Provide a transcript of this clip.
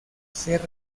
ser